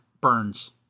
Burns